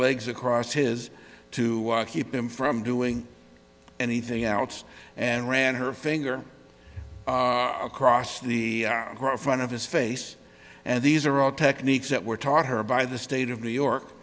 legs across his to keep him from doing anything else and ran her finger across the front of his face and these are all techniques that were taught her by the state of new york